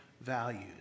values